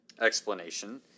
Explanation